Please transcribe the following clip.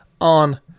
on